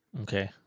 Okay